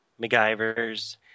MacGyvers